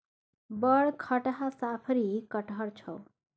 बड़ खटहा साफरी कटहड़ छौ